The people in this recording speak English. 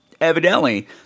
evidently